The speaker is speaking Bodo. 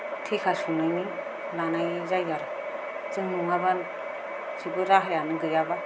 थेखा संनायनि लानाय जायो आरो जों नङाबा जेबो राहायानो गैयाबा